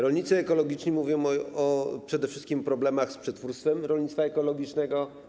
Rolnicy ekologiczni mówią przede wszystkim o problemach z przetwórstwem rolnictwa ekologicznego.